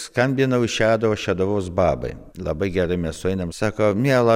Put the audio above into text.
skambinau į šeduvą šeduvos babai labai gerai mes sueinam sako miela